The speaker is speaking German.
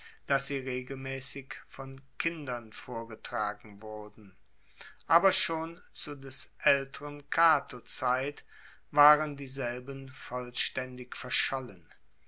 dass sie regelmaessig von kindern vorgetragen wurden aber schon zu des aelteren cato zeit waren dieselben vollstaendig verschollen